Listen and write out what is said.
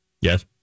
Yes